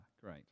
great